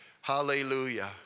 Hallelujah